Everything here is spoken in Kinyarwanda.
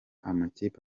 amakipe